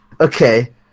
okay